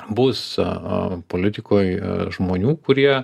bus politikoj žmonių kurie